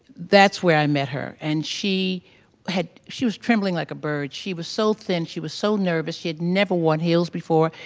that's where i met her. and she had, she was trembling like a bird. she was so thin, she was so nervous, she had never worn heels before.